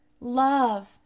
love